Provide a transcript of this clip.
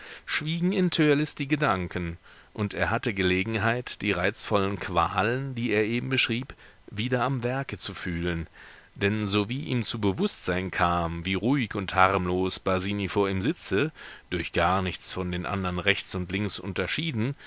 schwiegen in törleß die gedanken und er hatte gelegenheit die reizvollen qualen die er eben beschrieb wieder am werke zu fühlen denn so wie ihm zu bewußtsein kam wie ruhig und harmlos basini vor ihm sitze durch gar nichts von den andern rechts und links unterschieden